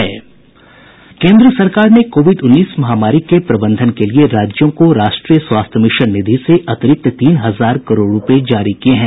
केन्द्र सरकार ने कोविड उन्नीस महामारी के प्रबंधन के लिए राज्यों को राष्ट्रीय स्वास्थ्य मिशन निधि से अतिरिक्त तीन हजार करोड़ रूपए जारी किए हैं